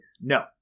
no